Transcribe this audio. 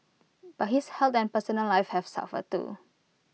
but his health and personal life have suffered too